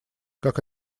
как